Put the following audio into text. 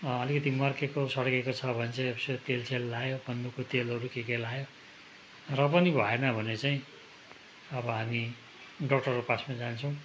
अलिकति मर्किएको सड्किएको छ भने चाहिँ यसो तेलसेल लायो पन्नुको तेलहरू के के लगायो र पनि भएन भने चाहिँ अब हामी डक्टरको पासमा जान्छौँ